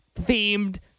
themed